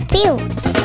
Fields